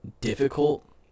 difficult